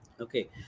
okay